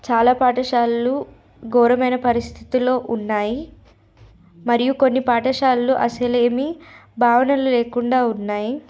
చాలా పాఠశాలలు ఘోరమైన పరిస్థితిలో ఉన్నాయి మరియు కొన్ని పాఠశాలలు అసలేమి భావనలు లేకుండా ఉన్నాయి